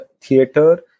theater